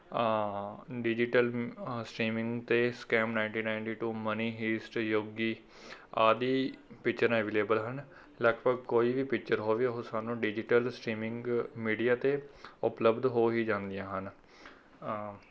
digital streaming 'ਤੇ scam ninety ninety two money heist Yogi ਆਦਿ ਪਿਕਚਰਾਂ ਐਵੀਲੇਬਲ ਹਨ ਲਗਭਗ ਕੋਈ ਵੀ ਪਿਕਚਰ ਹੋਵੇ ਉਹ ਸਾਨੂੰ ਡਿਜੀਟਲ ਸਟ੍ਰੀਮਿੰਗ ਮੀਡੀਆ 'ਤੇ ਉਪਲਬਧ ਹੋ ਹੀ ਜਾਂਦੀਆਂ ਹਨ